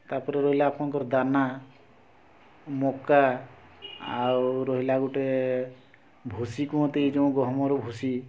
ତାପରେ ରହିଲା ଆପଣଙ୍କର ଦାନା ମକା ଆଉ ରହିଲା ଗୋଟେ ଭୁସି କୁହନ୍ତି ଯେଉଁ ଗହମରୁ ଭୁସି